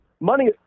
Money